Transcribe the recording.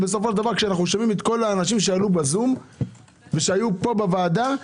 כשאנחנו שומעים את כל האנשים שעלו בזום ושהיו פה בוועדה,